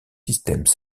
systèmes